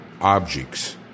objects